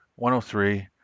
103